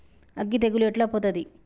అగ్గి తెగులు ఎట్లా పోతది?